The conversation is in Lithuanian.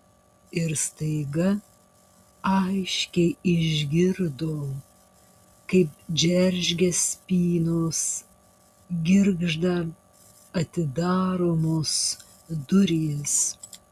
ir staiga aiškiai išgirdo kaip džeržgia spynos girgžda atidaromos durys